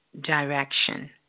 direction